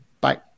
bye